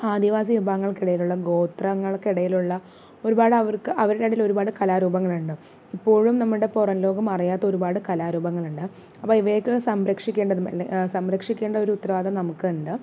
ആദിവാസി വിഭാഗങ്ങൾക്കിടയിലുള്ള ഗോത്രങ്ങൾക്കിടയിലുള്ള ഒരുപാട് അവർക്ക് അവരുടെ ഇടയിൽ ഒരുപാട് കലാരൂപങ്ങളുണ്ട് ഇപ്പോഴും നമ്മുടെ പുറം ലോകം അറിയാത്ത ഒരുപാട് കലാരൂപങ്ങളുണ്ട് അപ്പം ഇവയൊക്കെ സംരക്ഷിക്കപ്പെടേണ്ടതും സംരക്ഷിക്കേണ്ട ഒരു ഉത്തരവാദിത്വം നമുക്കുണ്ട്